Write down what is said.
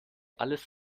alles